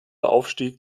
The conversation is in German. aufstieg